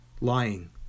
lying